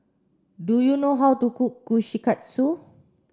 do you know how to cook Kushikatsu